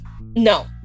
no